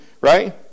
right